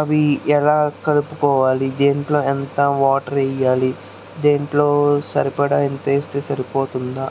అవి ఎలా కలుపుకోవాలి దేంట్లో ఎంత వాటర్ వేయాలి దేంట్లో సరిపడా ఎంత వేస్తే సరిపోతుంది